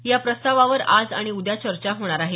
या प्रस्तावावर आज आणि उद्या चर्चा होणार आहे